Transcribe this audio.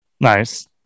Nice